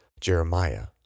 Jeremiah